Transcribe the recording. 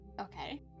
Okay